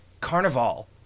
Carnival